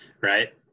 right